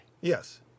yes